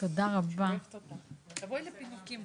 הנוסח כפי שמופיע בפניכם.